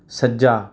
ਸੱਜਾ